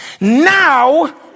Now